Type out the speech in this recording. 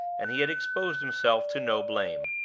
and he had exposed himself to no blame.